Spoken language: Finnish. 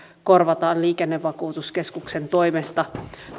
korvataan liikennevakuutuskeskuksen toimesta